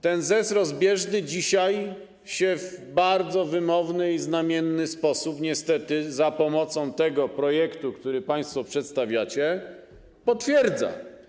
Ten zez rozbieżny dzisiaj w bardzo wymowny i znamienny sposób niestety za pomocą tego projektu, który państwo przedstawiacie, się potwierdza.